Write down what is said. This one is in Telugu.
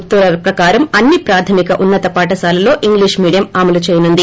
ఉత్తర్వుల ప్రకారం అన్ని ప్రాథమిక ఉన్నత పాఠశాలల్లో ఇంగ్లిష్ మీడియంను అమలు చేయనుంది